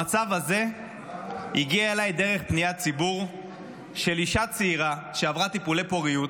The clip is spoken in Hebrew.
המצב הזה הגיע אליי דרך פניית ציבור של אישה צעירה שעברה טיפולי פוריות,